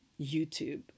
YouTube